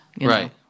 Right